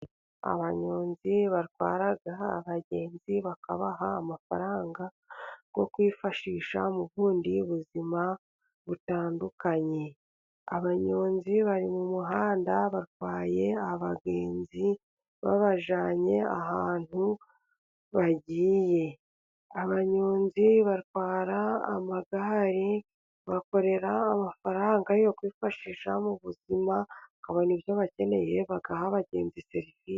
Abanyonzi batwara abagenzi bakabaha amafaranga yo kwifashisha mu bundi buzima butandukanye. Abanyonzi bari mu muhanda batwaye abagenzi babajyanye ahantu bagiye. Abanyonzi batwara amagare bakorera amafaranga yo kwifashisha mu buzima babona ibyo bakeneye bagaha abagenzi serivisi.